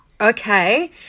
Okay